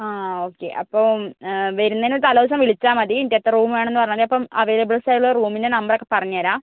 ആ ഓക്കെ അപ്പം വരുന്നതിനൊരു തലേദിവസം വിളിച്ചാൽമതി എന്നിട്ട് എത്ര റൂം വേണം എന്ന് പറഞ്ഞാൽമതി അപ്പം അവൈലബിൾസായിട്ടുള്ള റൂമിൻ്റെ നമ്പരൊക്കെ പറഞ്ഞുതരാം